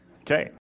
Okay